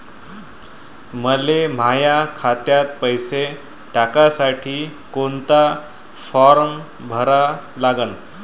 मले माह्या खात्यात पैसे टाकासाठी कोंता फारम भरा लागन?